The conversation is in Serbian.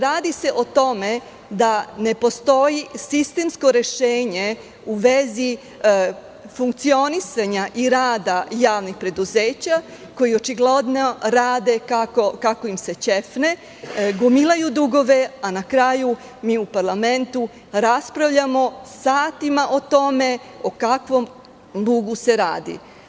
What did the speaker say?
Radi se o tome da ne postoji sistemsko rešenje u vezi funkcionisanja i rada javnih preduzeća koja očigledno rade kako im se ćefne, gomilaju dugove, a na kraju mi u parlamentu raspravljamo satima o tome o kakvom dugu se radi.